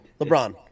LeBron